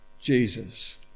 Jesus